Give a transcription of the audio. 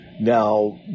Now